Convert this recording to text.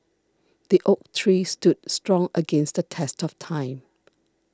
the oak tree stood strong against the test of time